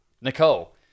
Nicole